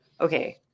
okay